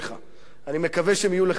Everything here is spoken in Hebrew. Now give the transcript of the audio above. אני מקווה שהם יהיו לך בקדנציה הבאה.